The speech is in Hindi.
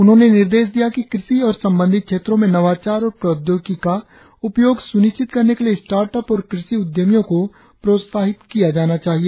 उन्होंने निर्देश दिया कि कृषि और संबंधित क्षेत्रों में नवाचार और प्रौद्योगिकी का उपयोग स्निश्चित करने के लिए स्टार्टअप और कृषि उद्यमियों को प्रोत्साहित किया जाना चाहिए